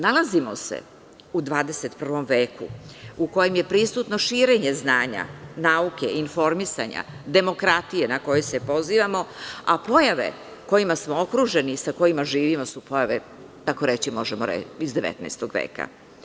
Nalazimo se u 21. veku u kojem je prisutno širenje znanja, nauke, informisanja, demokratije na koju se pozivamo, a pojave kojima smo okruženi i sa kojima živimo su pojave, tako reći, iz 19. veka.